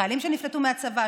חיילים שנפלטו מהצבא,